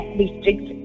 district